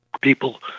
People